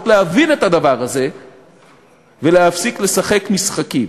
להבין את הדבר הזה ולהפסיק לשחק משחקים.